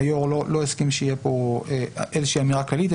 היו"ר לא הסכים שתהיה פה איזה שהיא אמירה כללית,